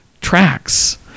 tracks